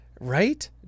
right